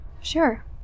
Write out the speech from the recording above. Sure